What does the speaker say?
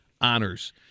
honors